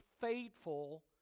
faithful